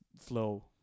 flow